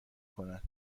کند